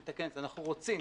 אני מתקן את זה אנחנו רוצים